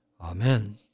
Amen